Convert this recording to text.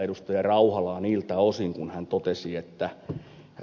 rauhalaa niiltä osin kun hän totesi että he